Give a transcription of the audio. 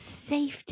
safety